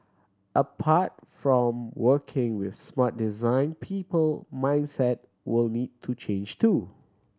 apart from working with smart design people mindset will need to change too